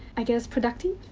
i guess, productive?